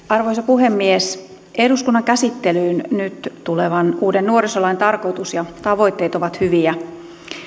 arvoisa puhemies eduskunnan käsittelyyn nyt tulevan uuden nuorisolain tarkoitus ja tavoitteet ovat hyviä